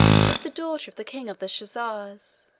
with the daughter of the king of the chozars,